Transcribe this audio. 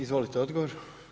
Izvolite odgovor.